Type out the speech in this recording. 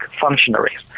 functionaries